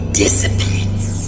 dissipates